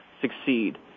succeed